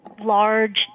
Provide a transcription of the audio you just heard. Large